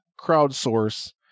crowdsource